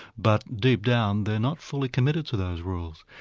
but deep down they're not fully committed to those rules.